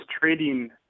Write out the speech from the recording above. trading